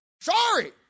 Sorry